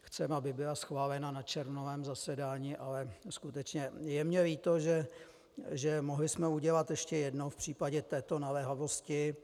Chceme, aby byla schválena na červnovém zasedání, ale skutečně je mi líto, že jsme mohli udělat ještě jedno v případě této naléhavosti.